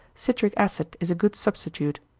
citric acid is a good substitute.